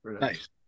Nice